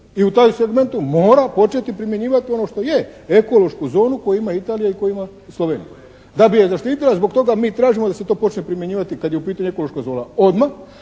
I taj segmentu mora početi primjenjivati ono što je, ekološku zonu koju ima Italija i koju ima Slovenija. Da bi je zaštitila, zbog toga mi tražimo da se to počne primjenjivati kad je u pitanju ekološka zona odmah,